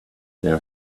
now